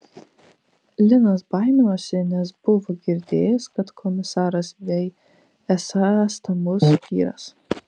linas baiminosi nes buvo girdėjęs kad komisaras vei esąs stambus vyras